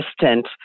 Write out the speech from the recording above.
assistant